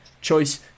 choice